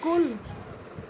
کُل